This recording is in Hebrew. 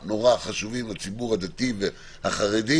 אחד,